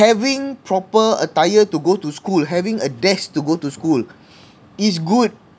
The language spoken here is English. having proper attire to go to school having a desk to go to school is good